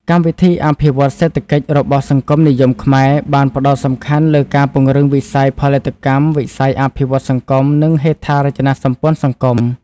កម្មវិធីអភិវឌ្ឍន៍សេដ្ឋកិច្ចរបស់ សង្គមនិយមខ្មែរ បានផ្តោតសំខាន់លើការពង្រឹងវិស័យផលិតកម្ម វិស័យអភិវឌ្ឍន៍សង្គម និងហេដ្ឋារចនាសម្ព័ន្ធសង្គម។